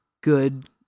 good